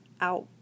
out